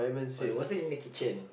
oh he wasn't in the kitchen